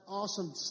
awesome